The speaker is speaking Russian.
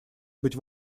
быть